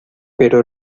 pero